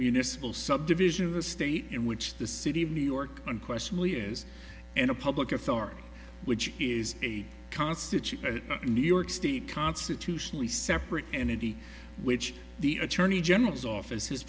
municipal subdivision of a state in which the city of new york unquestionably is and a public authority which is a constant new york state constitutionally separate entity which the attorney general's office